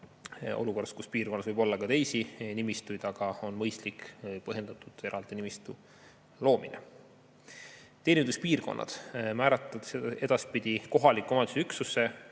olukorras, kus piirkonnas võib olla ka teisi nimistuid, aga on mõistlik ja põhjendatud eraldi nimistu loomine. Teeninduspiirkonnad määratletakse edaspidi kohaliku omavalitsuse